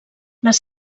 les